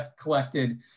collected